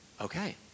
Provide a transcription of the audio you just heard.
okay